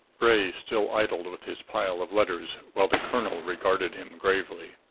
bray still idled with his pile of letters, while the colonel regarded him gravely.